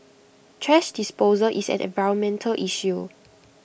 thrash disposal is an environmental issue